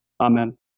Amen